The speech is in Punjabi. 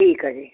ਠੀਕ ਹ ਜੀ